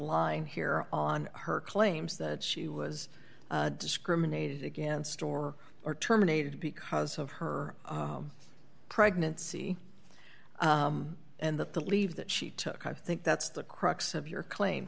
line here on her claims that she was discriminated against or or terminated because of her pregnancy and that the leave that she took i think that's the crux of your claim